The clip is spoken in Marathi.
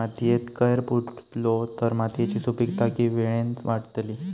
मातयेत कैर पुरलो तर मातयेची सुपीकता की वेळेन वाडतली?